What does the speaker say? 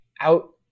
out